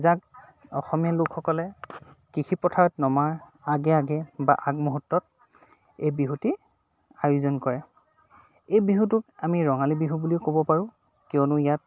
যাক অসমীয়া লোকসকলে কৃষি পথাৰত নমাৰ আগে আগে বা আগমুহূৰ্তত এই বিহুটিৰ আয়োজন কৰে এই বিহুটোক আমি ৰঙালী বিহু বুলিও ক'ব পাৰোঁ কিয়নো ইয়াত